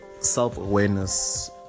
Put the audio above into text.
self-awareness